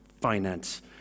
finance